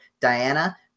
Diana